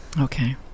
okay